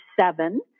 seven